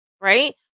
right